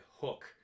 hook